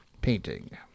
painting